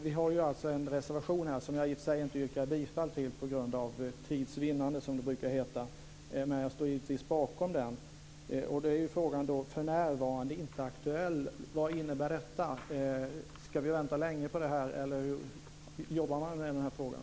Vi har en reservation, som jag i och för sig inte yrkar bifall till för tids vinnande som det brukar heta, men jag står givetvis bakom den. Det sägs att frågan för närvarande inte är aktuell. Vad innebär detta? Ska vi vänta länge på det här? Hur jobbar man med den här frågan?